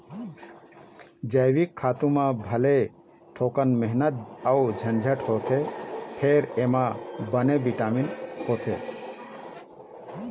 जइविक खातू म भले थोकिन मेहनत अउ झंझट होथे फेर एमा बनेच बिटामिन होथे